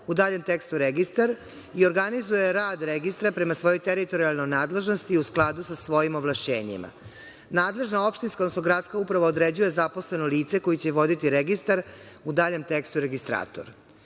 u daljem tekstu registar, i organizuje rad registra prema svojoj teritorijalnoj nadležnosti i u skladu sa svojim ovlašćenjima. Nadležna opštinska, odnosno gradska uprava određuje zaposleno lice koje će voditi registar, u daljem tekstu registrator. Juče